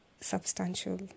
substantial